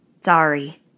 Sorry